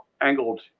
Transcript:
angled